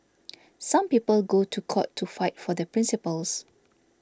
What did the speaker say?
some people go to court to fight for their principles